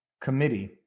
committee